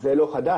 זה לא חדש,